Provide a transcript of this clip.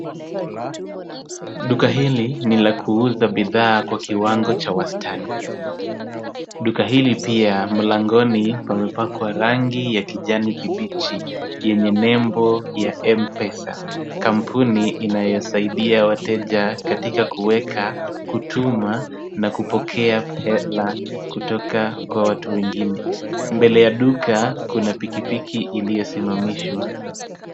Duka hili ni la kuuza bidhaa kwa kiwango cha wastani. Duka hili pia mlangoni pamepakwa rangi ya kijani kibichi yenye nembo ya M-pesa, kampuni inayosaidia wateja katika kuweka, kutuma na kupokea hela kutoka kwa watu wengine. Mbele ya duka kuna pikipiki iliyosimamishwa.